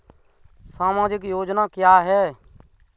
सामाजिक योजना क्या है?